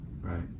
right